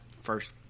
first